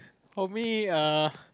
for me err